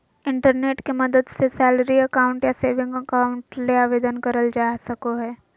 internet के मदद से सैलरी अकाउंट या सेविंग अकाउंट ले आवेदन करल जा सको हय